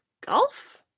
golf